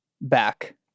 back